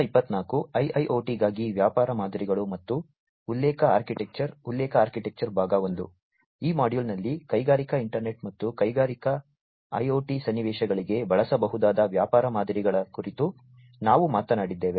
ಈ ಮಾಡ್ಯೂಲ್ನಲ್ಲಿ ಕೈಗಾರಿಕಾ ಇಂಟರ್ನೆಟ್ ಮತ್ತು ಕೈಗಾರಿಕಾ IoT ಸನ್ನಿವೇಶಗಳಿಗೆ ಬಳಸಬಹುದಾದ ವ್ಯಾಪಾರ ಮಾದರಿಗಳ ಕುರಿತು ನಾವು ಮಾತನಾಡಿದ್ದೇವೆ